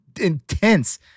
intense